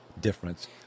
difference